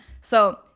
So-